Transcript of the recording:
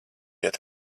iet